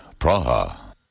Praha